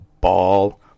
ball